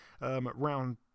round